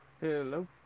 Hello